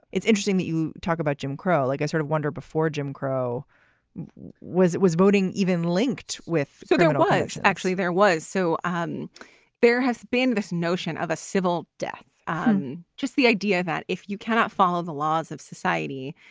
it's interesting that you talk about jim crow. like i sort of wonder before jim crow was it was voting even linked with what so kind of was actually there was so um there has been this notion of a civil death. um just the idea that if you cannot follow the laws of society.